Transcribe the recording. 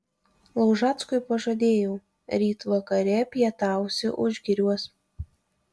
laužackui pažadėjau ryt vakare pietausi užgiriuos